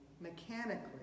mechanically